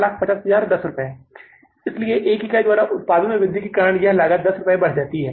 450010 रुपये है इसलिए एक इकाई द्वारा उत्पादन में वृद्धि के कारण यह 10 रुपये लागत बढ़ गई है